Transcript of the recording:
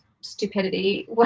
stupidity